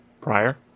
prior